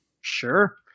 Sure